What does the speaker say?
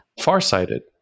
Farsighted